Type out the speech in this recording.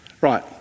Right